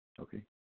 okay